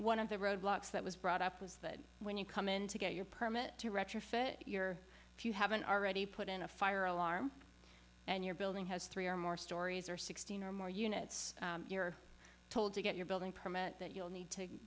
one of the roadblocks that was brought up was that when you come in to get your permit to retrofit your if you haven't already put in a fire alarm and your building has three or more stories or sixteen or more units you're told to get your building permit that you'll need to